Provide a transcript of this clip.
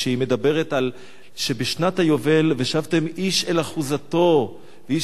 כשהיא אומרת שבשנת היובל "ושבתם איש אל אחֻזתו ואיש